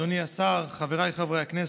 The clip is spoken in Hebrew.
אדוני השר, חבריי חברי הכנסת,